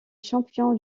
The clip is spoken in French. champion